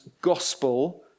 gospel